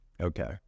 Okay